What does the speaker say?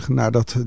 nadat